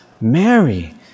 Mary